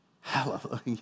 Hallelujah